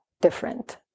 different